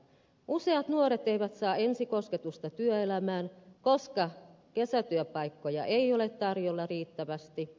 useat nuoret eivät saa ensikosketusta työelämään koska kesätyöpaikkoja ei ole tarjolla riittävästi